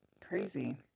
Crazy